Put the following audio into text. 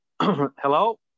Hello